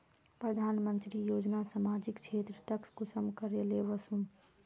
प्रधानमंत्री योजना सामाजिक क्षेत्र तक कुंसम करे ले वसुम?